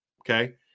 okay